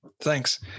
Thanks